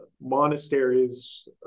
monasteries